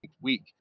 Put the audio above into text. week